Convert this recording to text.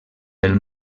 del